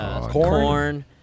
Corn